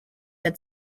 had